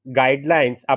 guidelines